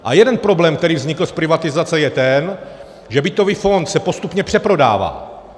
A jeden problém, který vznikl z privatizace, je ten, že bytový fond se postupně přeprodává.